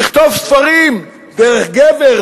תכתוב ספרים: "דרך גבר",